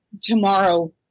tomorrow